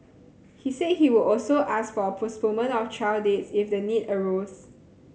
he said he would also ask for a postponement of trial dates if the need arose